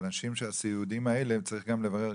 כי האנשים הסיעודיים האלה צריך גם לברר,